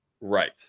right